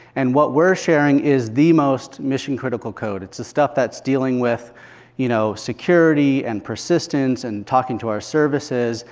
and what we're sharing is the most mission-critical code. it's the stuff that's dealing with you know security, and persistence, and talking to our services.